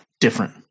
different